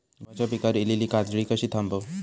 गव्हाच्या पिकार इलीली काजळी कशी थांबव?